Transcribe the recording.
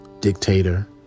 Dictator